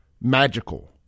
magical